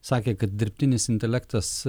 sakė kad dirbtinis intelektas